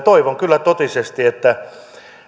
toivon kyllä totisesti että